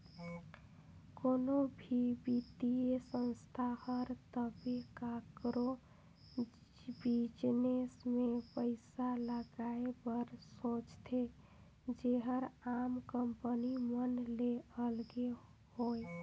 कोनो भी बित्तीय संस्था हर तबे काकरो बिजनेस में पइसा लगाए बर सोंचथे जेहर आम कंपनी मन ले अलगे होए